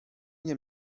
nie